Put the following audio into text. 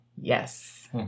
Yes